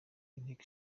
inteko